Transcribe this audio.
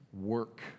work